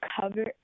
cover